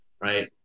right